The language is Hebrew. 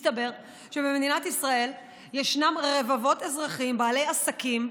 מסתבר שבמדינת ישראל ישנם רבבות אזרחים בעלי עסקים,